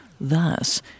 Thus